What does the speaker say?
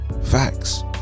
Facts